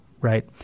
right